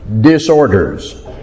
disorders